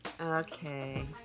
Okay